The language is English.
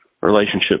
relationship